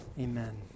amen